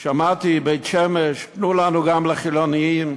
שמעתי בבית-שמש: תנו לנו גם לחילונים.